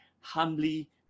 humbly